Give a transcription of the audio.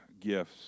gifts